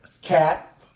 cat